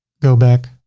go back.